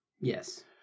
yes